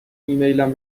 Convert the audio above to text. ایمیلم